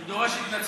אני דורש התנצלות.